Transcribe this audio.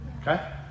Okay